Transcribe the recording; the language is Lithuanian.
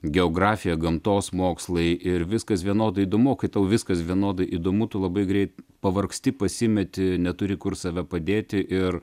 geografija gamtos mokslai ir viskas vienodai įdomu kai tau viskas vienodai įdomu tu labai greit pavargsti pasimeti neturi kur save padėti ir